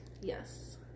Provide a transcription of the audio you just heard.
Yes